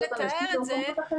אין לתאר את זה.